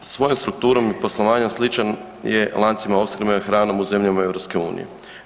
Svojom strukturom i poslovanjem sličan je lancima opskrbe hranom u zemljama EU-a.